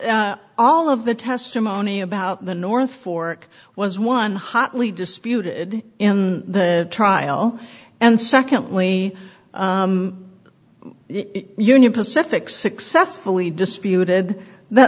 all of the testimony about the north fork was one hotly disputed in the trial and secondly union pacific successfully disputed that